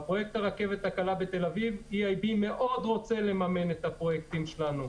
בפרויקט הרכבת הקלה בתל-אביב EIB מאוד רוצה לממן את הפרויקטים שלנו.